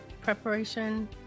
preparation